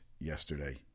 yesterday